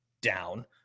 down